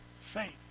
faith